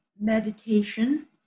meditation